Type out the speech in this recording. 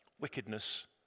wickedness